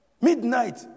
midnight